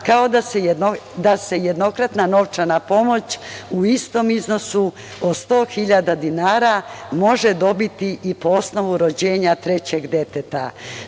kao i da se jednokratna novčana pomoć u istom iznosu od 100 hiljada dinara može dobiti i po osnovu rođenja trećeg deteta.